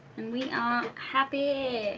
and we are happy.